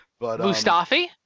Mustafi